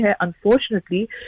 unfortunately